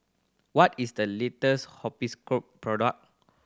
what is the latest Hospicare product